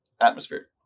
Atmosphere